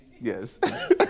Yes